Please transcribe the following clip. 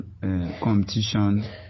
competition